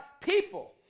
people